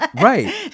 Right